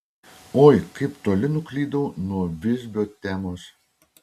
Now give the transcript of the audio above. oi kaip toli nuklydau nuo visbio temos